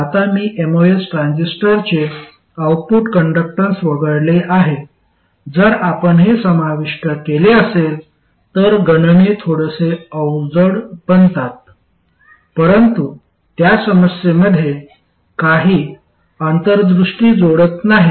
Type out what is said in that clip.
आता मी एमओएस ट्रान्झिस्टरचे आउटपुट कंडक्टन्स वगळले आहे जर आपण हे समाविष्ट केले असेल तर गणणे थोडेशे अवजड बनतात परंतु त्या समस्येमध्ये काही अंतर्दृष्टी जोडत नाहीत